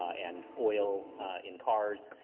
and oil in cars.